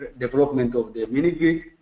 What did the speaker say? development of the mini grid.